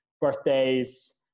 birthdays